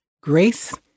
grace